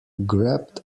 grabbed